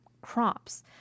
Crops